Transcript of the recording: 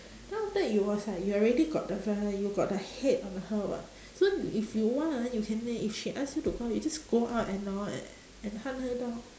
then after that it was like you already got the you got the hate on her what so if you want you can then if she ask you to go out you just go out and hor and hunt her down